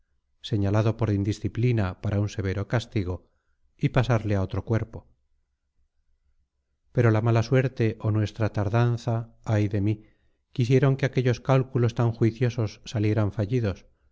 sacar a ventura del provincial de segovia señalado por indisciplina para un severo castigo y pasarle a otro cuerpo pero la mala suerte o nuestra tardanza ay de mí quisieron que aquellos cálculos tan juiciosos salieran fallidos